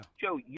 Joe